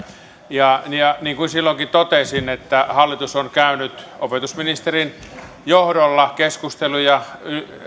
ja niin kuin silloinkin totesin hallitus on käynyt opetusministerin johdolla keskusteluja